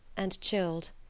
and chilled,